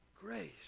grace